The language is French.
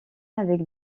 avec